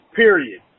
period